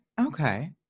okay